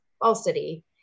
falsity